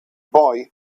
boy